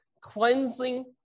cleansing